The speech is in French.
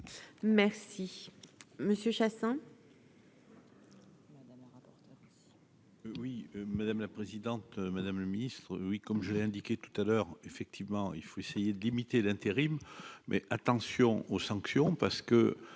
rapporteure. Oui, madame la présidente, madame le Ministre oui comme je l'ai indiqué tout à l'heure, effectivement, il faut essayer de limiter l'intérim mais attention aux sanctions parce que